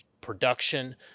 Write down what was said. production